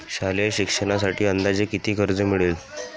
शालेय शिक्षणासाठी अंदाजे किती कर्ज मिळेल?